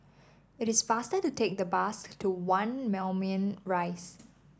it is faster to take the bus to One Moulmein Rise